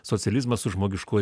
socializmas su žmogiškuoju